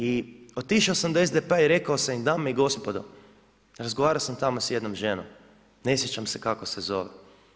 I otišao sam do SDP-a i rekao sam im, dame i gospodo, razgovarao sam tamo sa jednom ženom, ne sjećam se kako se zove.